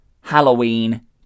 Halloween